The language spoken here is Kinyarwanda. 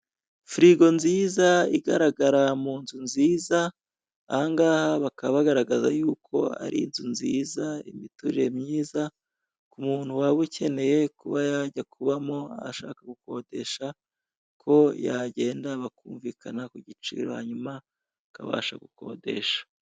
Firigo nziza igaragara mu nzu nziza, ahangaha bakaba bagaragaza yuko ari inzu nziza, imiturire myiza, ku muntu waba ukeneye kuba yajya kubamo ashaka gukodesha, ko yagenda bakumvikana ku giciro, hanyuma akabasha gukodesha.